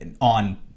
on